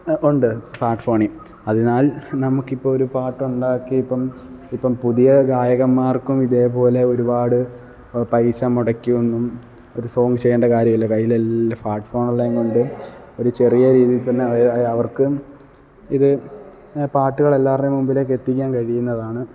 ഉണ്ട് സ്മാര്ട്ട് ഫോണില് അതിനാല് നമുക്ക് ഇപ്പം ഒരു പാട്ട് ഉണ്ടാക്കി ഇപ്പം ഇപ്പം പുതിയ ഗായകന്മാര്ക്കും ഇതേപോലെ ഒരുപാട് ഇപ്പം പൈസ മുടക്കി ഒന്നും ഒരു സോങ് ചെയ്യേണ്ട കാര്യം ഇല്ല കയ്യിൽ എല്ലാ പ്ലാറ്റ്ഫോം ഉള്ളത് കൊണ്ട് ഒരു ചെറിയ രീതിക്കു തന്നെ അവര്ക്കും ഇത് പാട്ടുകള് എല്ലാവരുടെയും മുൻപിലേക്ക് എത്തിക്കാന് കഴിയുന്നതാണ്